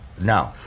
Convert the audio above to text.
no